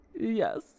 Yes